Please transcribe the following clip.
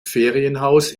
ferienhaus